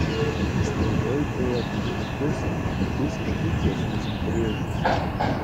įstrižai ėjo blyškus visiškai tiesus brėžis